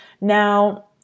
Now